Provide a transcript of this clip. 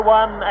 one